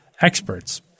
experts